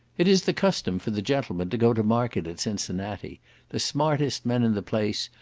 it is the custom for the gentlemen to go to market at cincinnati the smartest men in the place,